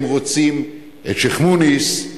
הם רוצים את שיח'-מוניס,